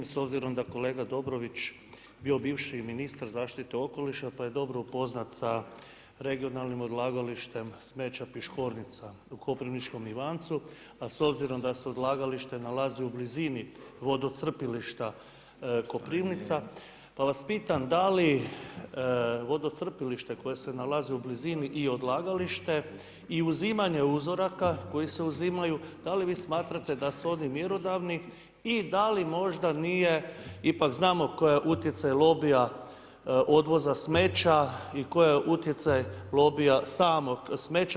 S obzirom da kolega Dobrović bio bivši ministar zaštite okoliša, pa je dobro upoznat sa regionalnim odlagalištem smeća Piškornica u Koprivničko Ivancu, a s obzirom da se odlagališta nalazi u blizini vodocrpilišta Koprivnica, pa vas pitam, da li vodocrpilište, koje se nalazi u blizini i odlagalište i uzimanje uzoraka, koji se uzimaju, da li vi smatrate da su oni mjerodavni i da li možda nije, ipak znamo koji je utjecaj lobija odvoza smeća i koji je utjcaj lobija samog smeća.